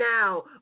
now